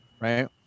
right